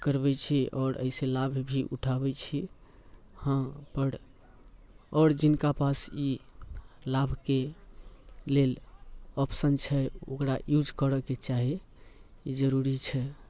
करबैत छी आओर एहिसँ लाभ भी उठाबैत छी हँ पर आओर जिनका पास ई लाभके लेल ऑप्शन छै ओकरा यूज करयके चाही ई जरूरी छै